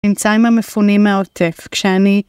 נמצא עם המפונים מהעוטף, כשאני...